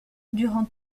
durant